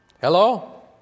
Hello